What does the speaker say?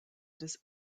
des